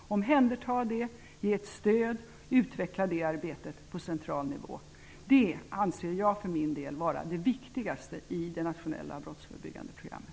Vi omhändertar det, ger stöd och utvecklar det arbetet på central nivå. Det anser jag för min del vara det viktigaste i det nationella brottsförebyggande programmet.